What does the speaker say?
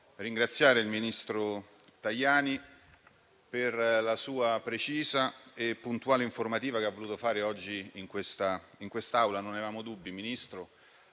ringraziare il ministro Tajani per la sua precisa e puntuale informativa che ha voluto fare oggi in quest'Aula. Non avevamo dubbi, Ministro,